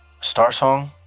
starsong